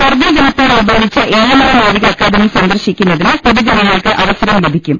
കർഗിൽ ദിനത്തോടനുബന്ധിച്ച് ഏഴിമല നാവിക അക്കാദമി സന്ദർശിക്കുന്നതിന് പൊതുജനങ്ങൾക്ക് അവസരം ലഭിക്കും